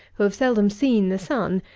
who have seldom seen the sun,